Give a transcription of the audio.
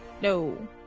No